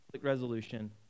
resolution